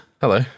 Hello